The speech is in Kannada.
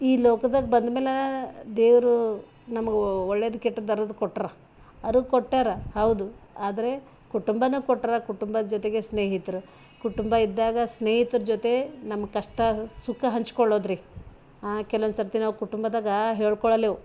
ಈ ಲೋಕದಾಗ ಬಂದಮೇಲ ದೇವರು ನಮ್ಗೆ ಒಳ್ಳೆದು ಕೆಟ್ಟದು ಅರದು ಕೊಟ್ರ ಅರದು ಕೊಟ್ಟಾರ ಹೌದು ಆದರೆ ಕುಟುಂಬ ಕೊಟ್ರ ಕುಟುಂಬದ ಜೊತೆಗೆ ಸ್ನೇಹಿತ್ರ ಕುಟುಂಬ ಇದ್ದಾಗ ಸ್ನೇಹಿತ್ರ ಜೊತೆ ನಮ್ಮ ಕಷ್ಟ ಸುಖ ಹಂಚ್ಕೊಳ್ಳೋದು ರೀ ಆ ಕೆಲ್ವೊಂದು ಸರ್ತಿ ನಾವು ಕುಟುಂಬದಾಗ ಹೇಳ್ಕೊಳ್ಳಲೇವು